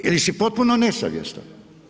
Ili si potpuno nesavjestan.